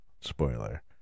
spoiler